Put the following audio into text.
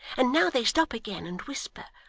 and now they stop again, and whisper,